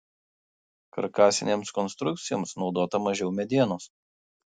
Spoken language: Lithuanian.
karkasinėms konstrukcijoms naudota mažiau medienos